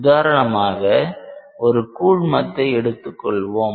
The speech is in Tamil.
உதாரணமாக ஒரு கூழ்மத்தை எடுத்துக்கொள்வோம்